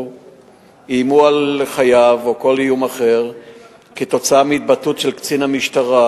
או איימו על חייו או כל איום אחר כתוצאה מהתבטאות של קצין המשטרה,